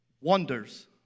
wonders